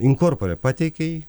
inkorpore pateikė jį